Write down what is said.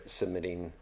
submitting